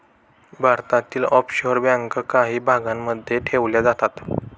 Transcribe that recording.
भारतातील ऑफशोअर बँका काही भागांमध्ये ठेवल्या जातात